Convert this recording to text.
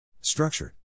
Structured